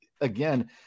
again